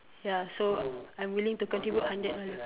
ya so I'm willing to contribute hundred dollar